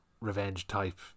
revenge-type